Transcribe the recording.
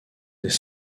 des